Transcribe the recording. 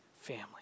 family